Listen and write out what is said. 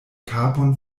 kapon